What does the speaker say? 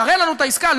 תראה לנו את העסקה.